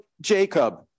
Jacob